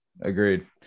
Agreed